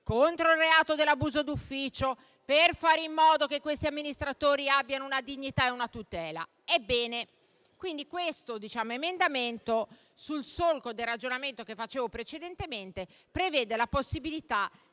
contro il reato dell'abuso d'ufficio, per fare in modo che questi amministratori abbiano una dignità e una tutela. La proposta in esame, nel solco del ragionamento che facevo precedentemente, prevede la possibilità